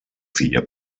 filla